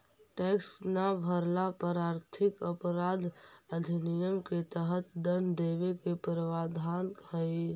tax न भरला पर आर्थिक अपराध अधिनियम के तहत दंड देवे के प्रावधान हई